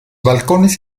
balcones